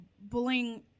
bullying